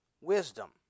wisdom